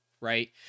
right